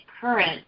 current